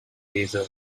razor